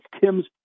Tim's